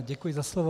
Děkuji za slovo.